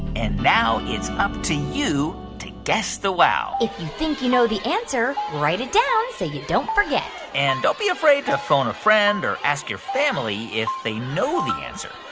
and now it's up to you to guess the wow if you think you know the answer, write it down so you don't forget and don't be afraid to phone a friend or ask your family if they know the answer.